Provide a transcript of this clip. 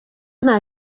nta